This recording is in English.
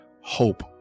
hope